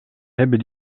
hebben